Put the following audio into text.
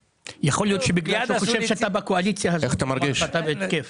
יכול להיות שבגלל שהוא חושב שאתה בקואליציה הזאת הוא הבין שזה התקף.